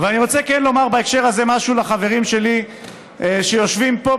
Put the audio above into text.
ואני כן רוצה לומר בהקשר הזה משהו לחברים שלי שיושבים פה,